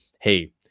hey